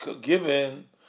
given